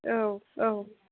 औ औ